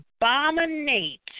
abominate